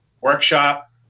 workshop